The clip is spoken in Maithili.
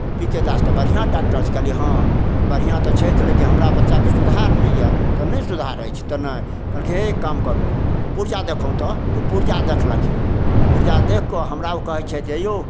पी के दास तऽ बढ़िआँ डॉकटर छिकै कहलिए हँ बढ़िआँ तऽ छथि लेकिन हमरा बच्चाके सुधार नहि यऽ तऽ नहि सुधार अछि तऽ नहि कहलकै हे एक काम करू पुरजा देखाउ तऽ तऽ पुरजा देखलखिन पुरजा देखिकऽ हमरा ओ कहै छथि हेयौ